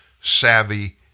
savvy